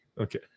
okay